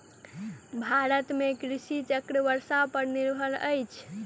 भारत में कृषि चक्र वर्षा पर निर्भर अछि